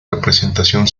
representación